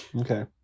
okay